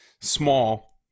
small